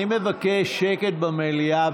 אני מבקש שקט במליאה.